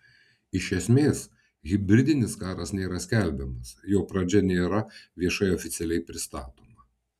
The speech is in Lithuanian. iš esmės hibridinis karas nėra skelbiamas jo pradžia nėra viešai oficialiai pristatoma